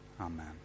Amen